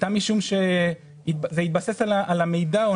הייתה משום שזה התבסס על המידע או